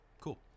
Cool